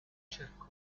cercò